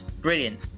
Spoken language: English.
brilliant